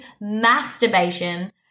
masturbation